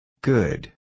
Good